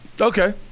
Okay